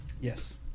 yes